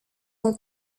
son